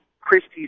Christie's